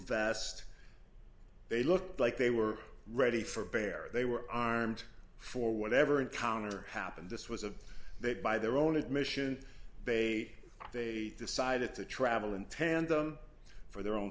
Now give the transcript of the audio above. vest they looked like they were ready for bear they were armed for whatever encounter happened this was a they by their own admission they they decided to travel in tandem for their own